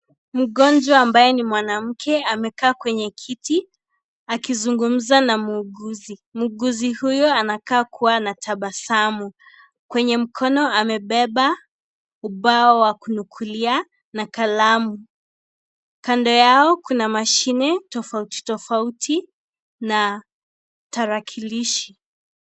Mgonjwa ambaye ni mwanamke amekaa kwenye kiti akizungumza na muuguzi. Muuguzi huyo anakaa kuwa na tabasamu. Kwenye mkono amebeba ubao wa kunukulia na kalamu. Kando yao Kuna mashine tofauti tofauti na tarakilishi.